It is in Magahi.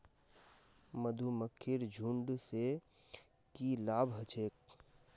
मधुमक्खीर झुंड स की लाभ ह छेक